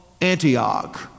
Antioch